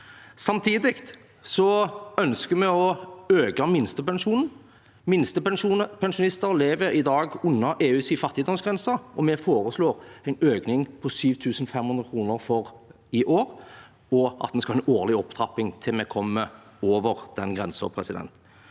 Samtidig ønsker vi å øke minstepensjonen. Minstepensjonister lever i dag under EUs fattigdomsgrense. Vi foreslår en økning på 7 500 kr for i år, og at en skal ha en årlig opptrapping til vi kommer over den grensen. Samtidig